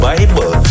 Bible